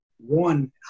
One